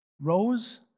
rose